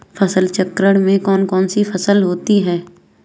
फसल चक्रण में कौन कौन सी फसलें होती हैं?